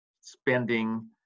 spending